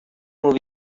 moving